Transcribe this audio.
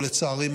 לצערי,